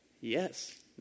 Yes